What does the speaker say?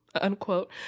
unquote